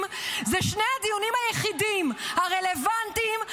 זה שני הדיונים היחידים הרלוונטיים,